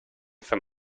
some